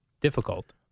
difficult